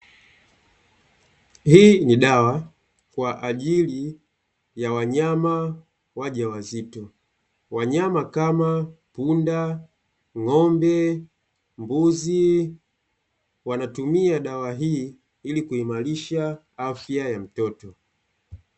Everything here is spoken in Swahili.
Hii ni dawa kwa ajili ya wanyama wajawazito, wanyama kama: punda, ng’ombe, mbuzi, wanatumia dawa hii ili kuimarisha afya ya mtoto.